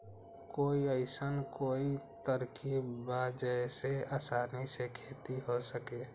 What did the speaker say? कोई अइसन कोई तरकीब बा जेसे आसानी से खेती हो सके?